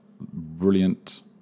brilliant